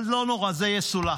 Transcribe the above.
אבל לא נורא, זה יסולח.